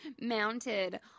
mounted